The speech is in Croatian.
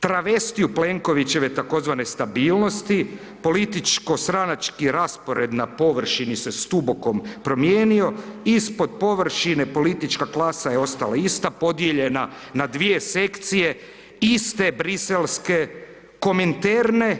Travestiju Plenkovićeve tzv. stabilnosti, političko stranački raspored na površini se s Tubokom promijenio, ispod površine politička klasa je ostala ista, podijeljena na dvije sekcije iste Briselske Kominterne